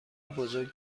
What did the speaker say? بزرگ